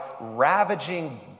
ravaging